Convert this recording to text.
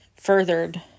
furthered